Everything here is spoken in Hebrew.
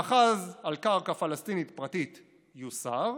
מאחז על קרקע פלסטינית פרטית יוסר,